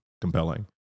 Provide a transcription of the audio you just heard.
compelling